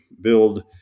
build